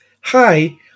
hi